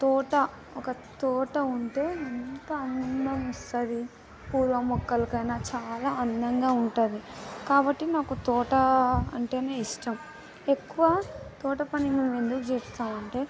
తోట ఒక తోట ఉంటే ఎంత అందం ఇస్తుంది పూల మొక్కలకైనా చాలా అందంగా ఉంటుంది కాబట్టి మాకు తోట అంటేనే ఇష్టం ఎక్కువ తోట పని మేము ఎందుకు చేస్తాము అంటే